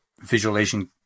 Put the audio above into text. visualization